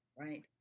right